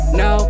no